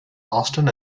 austin